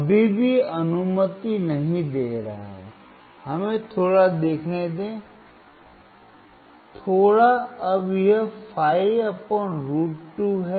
अभी भी अनुमति नहीं दे रहा है हमें थोड़ा देखने दें थोड़ा अब यह 5√ 2 है